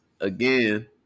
again